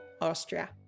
Austria